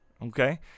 Okay